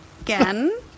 again